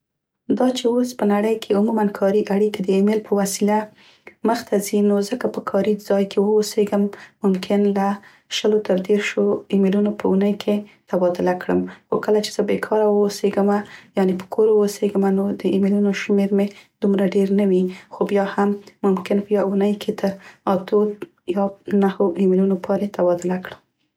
دا چې اوس په نړۍ کې عموماً کاري اړیکې د ایمیل په وسیله مخته ځي نو زه که په کاري ځای کې واوسیګم ممکن له شلو تر دیرشو ایمیلونو په اونۍ کې تبادله کړم. خو کله چې زه بیکاره واوسیګمه یعنې په کور واوسیګمه نو د ایمیلونو شمیر مې دومره ډير نه وي، خو بیا هم ممکن په یوه اونۍ کې تر اتو یا نهو ایمیلونو پورې تبادله کړم.